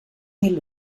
mil